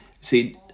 See